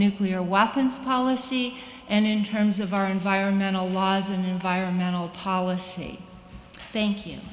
nuclear weapons policy and in terms of our environmental laws and environmental policy thank you